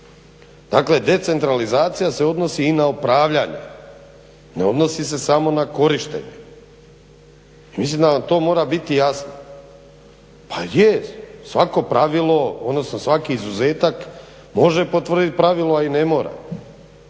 dakle decentralizacija se odnosi i na upravljanje, ne odnosi se samo na korištenje. I mislim da vam to mora biti jasno. Pa je svako pravilo, odnosno svaki izuzetak može potvrditi pravilo a i ne mora.